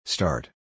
Start